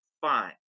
fine